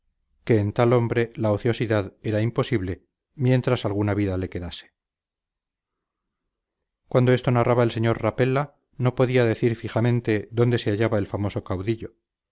en tal hombre la ociosidad era imposible mientras alguna vida le quedase cuando esto narraba el señor rapella no podía decir fijamente dónde se hallaba el famoso caudillo